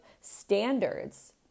standards